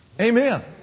Amen